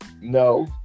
No